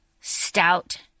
stout